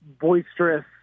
boisterous